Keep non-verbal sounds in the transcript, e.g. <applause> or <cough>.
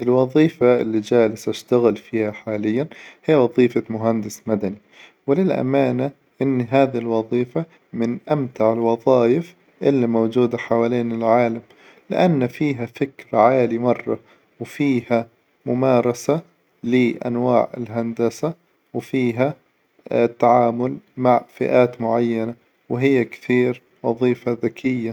الوظيفة إللي جالس أشتغل فيها حالياً هي وظيفة مهندس مدني، وللأمانة إن هذي الوظيفة من أمتع الوظائف إللي موجودة حوالين العالم، لأن فيها فكر عالي مرة، وفيها ممارسة لأنواع الهندسة وفيها <hesitation> تعامل مع فئات معينة، وهي كثير وظيفة ذكية.